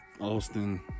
Austin